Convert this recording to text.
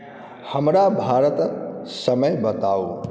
हमरा भारतक समय बताउ